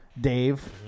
Dave